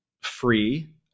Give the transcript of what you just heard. free